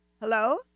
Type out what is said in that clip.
Hello